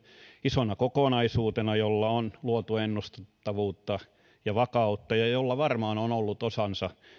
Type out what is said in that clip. isona kokonaisuutena jolla on luotu ennustettavuutta ja vakautta ja ja jolla varmaan on ollut osansa